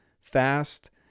fast